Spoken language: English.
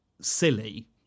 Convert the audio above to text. silly